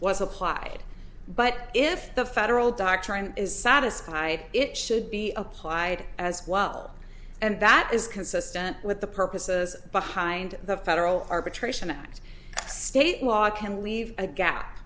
was applied but if the federal doctrine is satisfied it should be applied as well and that is consistent with the purposes behind the federal arbitration act state law can leave a gap